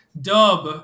dub